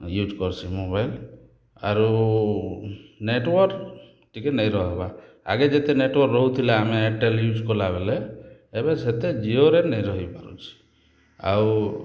use କରୁସି mobile ଆରୁ network ଟିକିଏ ନାଇଁ ରହବାର୍ ଆଗେ ଯେତେ ନେଟୱାର୍କ୍ ରହୁଥିଲା ଆମେ ଡ଼େଲି ୟୁଜ୍ କଲାବେଳେ ଏବେ ସେତେ ଜିଓରେ ନାଇଁ ରହିପାରୁଛି ଆଉ